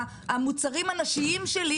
המוצרים הנשיים שלי,